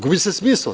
Gubi se smisao.